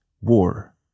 War